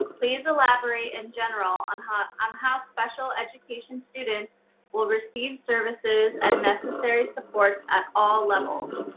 please elaborate in general on how um how special education students will receive services and necessary supports at all levels,